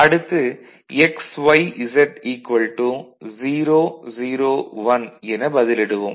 அடுத்து x y z 0 0 1 என பதிலிடுவோம்